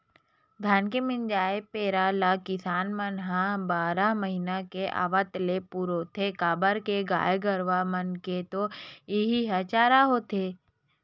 धान के मिंजाय पेरा ल किसान मन ह बारह महिना के आवत ले पुरोथे काबर के गाय गरूवा मन के तो इहीं ह चारा होथे